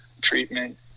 treatment